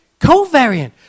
covariant